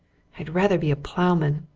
i'd rather be a ploughman!